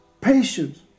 patience